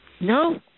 No